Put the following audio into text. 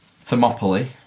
Thermopylae